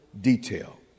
detail